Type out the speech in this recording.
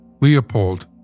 Leopold